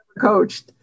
coached